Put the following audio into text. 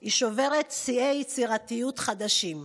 היא שוברת שיאי יצירתיות חדשים.